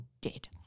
dead